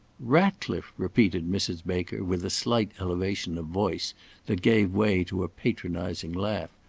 ratcliffe! repeated mrs. baker with a slight elevation of voice that gave way to a patronising laugh.